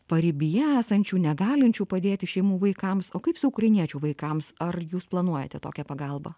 paribyje esančių negalinčių padėti šeimų vaikams o kaip su ukrainiečių vaikams ar jūs planuojate tokią pagalbą